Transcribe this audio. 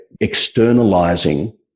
externalizing